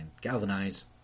Galvanize